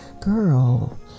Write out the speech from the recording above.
Girl